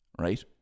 right